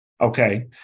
Okay